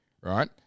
right